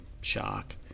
shock